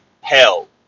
hell